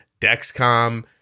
Dexcom